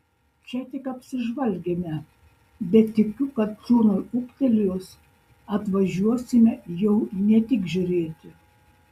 čia tik apsižvalgėme bet tikiu kad sūnui ūgtelėjus atvažiuosime jau ne tik žiūrėti